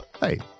Hey